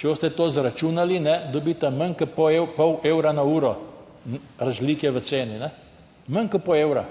Če boste to izračunali, dobita manj kot pol evra na uro razlike v ceni. Manj kot pol evra!